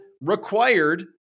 required